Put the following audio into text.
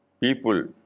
people